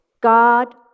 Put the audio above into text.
God